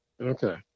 Okay